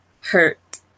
hurt